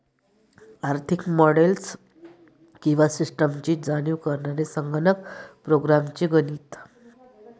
आर्थिक मॉडेल्स किंवा सिस्टम्सची जाणीव करणारे संगणक प्रोग्राम्स चे गणित